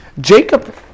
Jacob